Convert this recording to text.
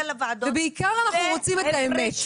בעיקר אנחנו רוצים את האמת.